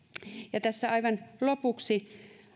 ja tässä aivan lopuksi